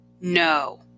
no